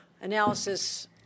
analysis